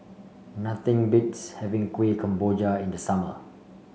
nothing beats having Kueh Kemboja in the summer